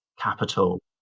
capital